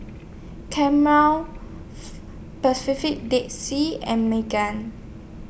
Camel Dead Sea and Megan